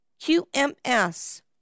QMS